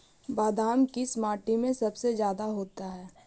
बादाम किस माटी में सबसे ज्यादा होता है?